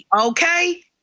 Okay